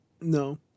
No